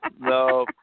no